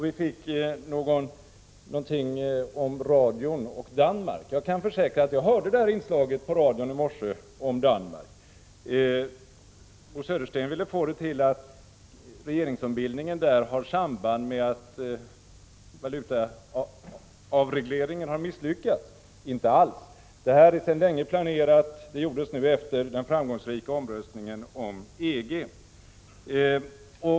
Vi fick också höra någonting om radion och Danmark. Jag kan försäkra att jag hörde det här inslaget om Danmark i radion i morse. Bo Södersten ville få det till att regeringsombildningen där har samband med att den valutapolitiska avregleringen har misslyckats. Inte alls! Denna ombildning är sedan länge planerad, och den gjordes nu efter den framgångsrika folkomröstningen om EG.